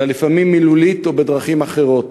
אלא לפעמים היא מילולית או בדרכים אחרות.